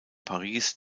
paris